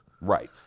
Right